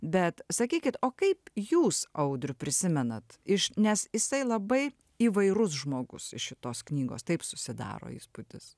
bet sakykit o kaip jūs audrių prisimenat iš nes jisai labai įvairus žmogus iš šitos knygos taip susidaro įspūdis